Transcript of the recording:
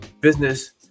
business